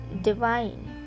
divine